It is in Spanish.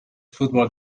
fútbol